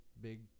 big